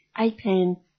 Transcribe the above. APAN